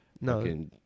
No